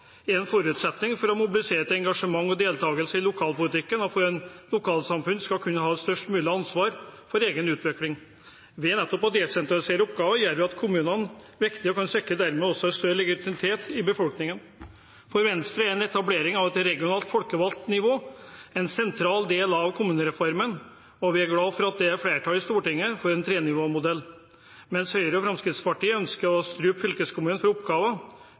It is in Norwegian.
en forutsetning for å mobilisere engasjement og deltagelse i lokalpolitikken, og for at lokalsamfunnet skal ha størst mulig ansvar for egen utvikling. Ved å desentralisere oppgaver gjør vi kommunene viktige og sikrer dem dermed også større legitimitet i befolkningen. For Venstre er en etablering av et regionalt folkevalgt nivå en sentral del av kommunereformen, og vi er glade for at det er flertall i Stortinget for en trenivåmodell. Mens Høyre og Fremskrittspartiet ønsker å strupe fylkeskommunen for oppgaver,